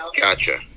Gotcha